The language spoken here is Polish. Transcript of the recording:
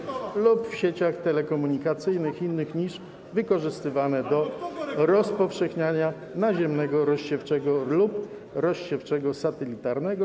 lub w sieciach telekomunikacyjnych innych niż wykorzystywane do rozpowszechniania naziemnego rozsiewczego lub rozsiewczego satelitarnego.